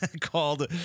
called